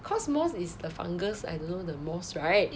cause moss is the fungus I don't know the moss right